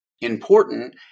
important